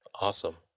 Awesome